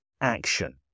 action